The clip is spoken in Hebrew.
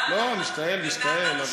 משתעל, משתעל.